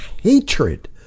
hatred